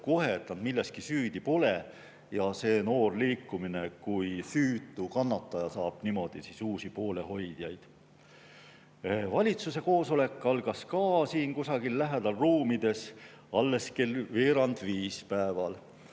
kohe, et nad milleski süüdi pole ja see noor liikumine kui süütu kannataja saab niimoodi uusi poolehoidjaid. Valitsuse koosolek algas siin kusagil lähedal ruumides alles kell veerand viis päeval.